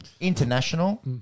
international